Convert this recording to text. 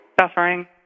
Suffering